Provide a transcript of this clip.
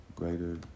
greater